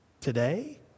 today